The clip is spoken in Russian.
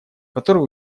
которые